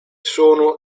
sono